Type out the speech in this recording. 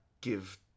give